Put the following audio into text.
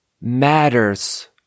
matters